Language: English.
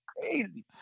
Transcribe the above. crazy